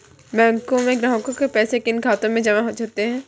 बैंकों में ग्राहकों के पैसे किन किन खातों में जमा होते हैं?